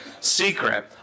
secret